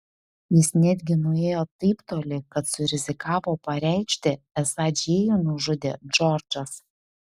jis netgi nuėjo taip toli kad surizikavo pareikšti esą džėjų nužudė džordžas